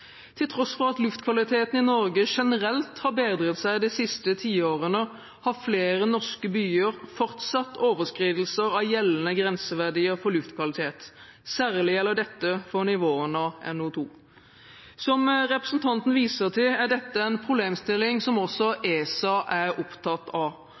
Til tross for at luftkvaliteten i Norge generelt har bedret seg de siste tiårene, har flere norske byer fortsatt overskridelser av gjeldende grenseverdier for luftkvalitet, særlig gjelder dette for nivåene av NO2. Som representanten viser til, er dette en problemstilling som også ESA er opptatt av,